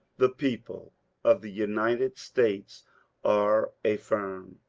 the people of the united states are a firm.